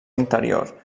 interior